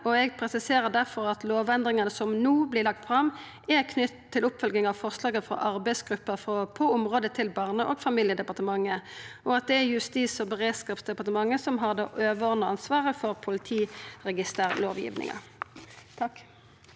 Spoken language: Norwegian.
Eg presiserer difor at lovendringane som no vert lagde fram, er knytte til oppfølging av forslaga frå arbeidsgruppa på området til Barne- og familiedepartementet, og at det er Justis- og beredskapsdepartementet som har det overordna ansvaret for politiregisterlovgivinga.